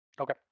Okay